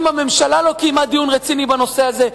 אם הממשלה לא קיימה דיון רציני בנושא הזה,